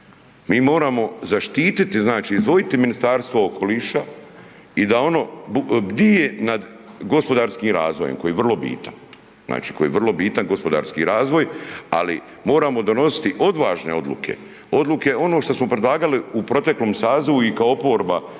Mi moramo zaštiti, znači izdvojiti Ministarstvo okoliša i da ono bdije nad gospodarskim razvojem koji je vrlo bitan, znači koji je vrlo bitan gospodarski razvoj ali moramo donositi odvažne odluke, odluke ono što smo predlagali u proteklom sazivu i kao oporba